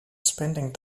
spending